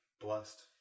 blessed